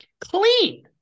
clean